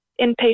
inpatient